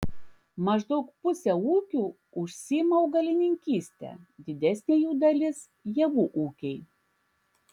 maždaug pusė ūkių užsiima augalininkyste didesnė jų dalis javų ūkiai